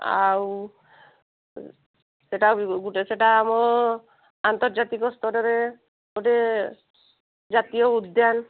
ଆଉ ସେଇଟା ବି ଗୋଟେ ସେଇଟା ଆମ ଆନ୍ତର୍ଜାତିକ ସ୍ତରରେ ଗୋଟେ ଜାତୀୟ ଉଦ୍ୟାନ